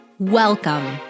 Welcome